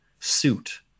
suit